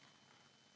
Hvala